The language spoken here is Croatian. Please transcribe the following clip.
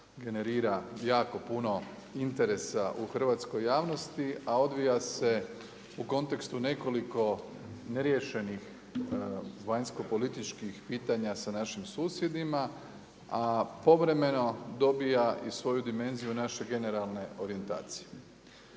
generira jako puno interesa u hrvatskoj javnosti, a odvija se u kontekstu nekoliko neriješenih vanjskopolitičkih pitanja sa našim susjedima, a povremeno dobija i svoju dimenziju naše generalne orijentacije.